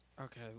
Okay